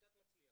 שיטת מצליח.